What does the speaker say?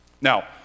Now